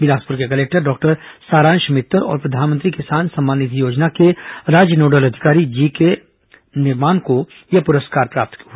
बिलासपुर के collector doctor Saransh Mittar और प्रधानमंत्री किसान सम्मान निधि योजना के राज्य नोडल अधिकारी जीके निर्माम ने यह प्रस्कार ग्रहण किया